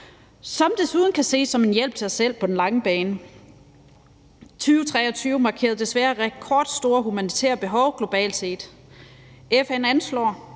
som desuden kan ses som en hjælp til os selv på den lange bane. I 2023 blev der desværre markeret rekordstore humanitære behov globalt set. FN anslår,